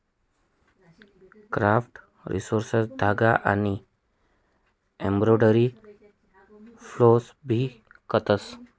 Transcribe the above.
craft resources धागा आनी embroidery floss भी इकतस